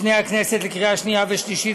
בפני הכנסת לקריאה שנייה ולקריאה שלישית